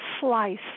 slice